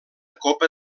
copa